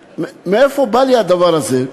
מאיפה בא לי הדבר הזה?